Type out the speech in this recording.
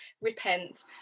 repent